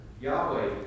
Yahweh